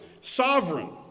sovereign